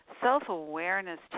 self-awareness